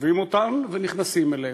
עוזבים אותן ונכנסים אליהן.